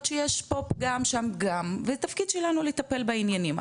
שיש פה פגם שם פגם והתפקיד שלנו לטפל בעניינים.